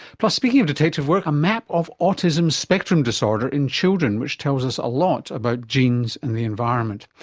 plus, speaking of detective work, a map of autism spectrum disorder in children which tells us a lot about genes and the environment.